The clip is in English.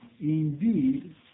Indeed